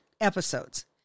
episodes